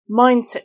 mindset